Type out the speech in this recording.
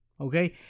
Okay